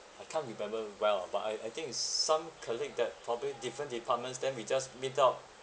I can't remember well but I I think it's some colleague that probably different departments then we just meet up